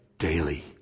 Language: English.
daily